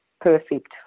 perfect